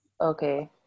Okay